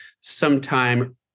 sometime